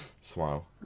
Smile